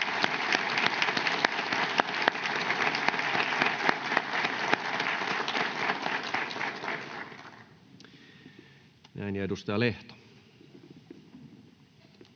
Näin. — Edustaja Lehto.